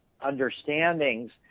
understandings